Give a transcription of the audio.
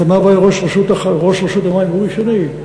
לפניו היה ראש רשות המים אורי שני,